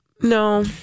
No